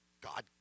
God